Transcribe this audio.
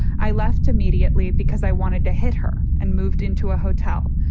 i left immediately because i wanted to hit her and moved into a hotel.